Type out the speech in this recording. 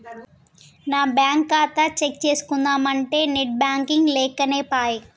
నా బ్యేంకు ఖాతా చెక్ చేస్కుందామంటే నెట్ బాంకింగ్ లేకనేపాయె